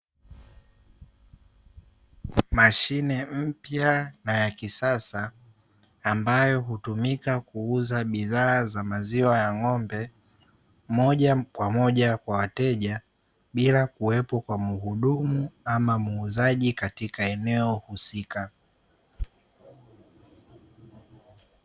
Mashine mpya na ya kisasa, ambayo hutumika kuuza bidhaa za maziwa ya ng’ombe moja kwa moja kwa wateja bila kuwepo kwa mhudumu au muuzaji katika eneo husika.